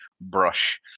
brush